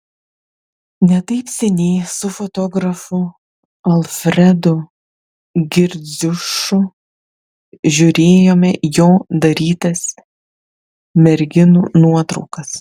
ne taip seniai su fotografu alfredu girdziušu žiūrėjome jo darytas merginų nuotraukas